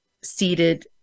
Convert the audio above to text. seated